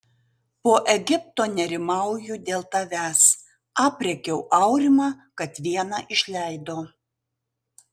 po egipto nerimauju dėl tavęs aprėkiau aurimą kad vieną išleido